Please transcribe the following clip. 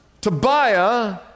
Tobiah